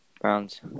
Browns